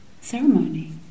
ceremony